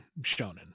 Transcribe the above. Shonen